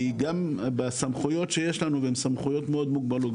כי גם בסמכויות שיש לנו והן סמכויות מאוד מוגבלות,